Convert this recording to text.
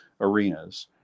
arenas